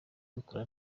rukora